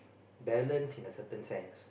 balance in a certain sense